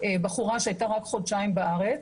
הגיעה אלינו בחורה שהייתה רק חודשיים בארץ,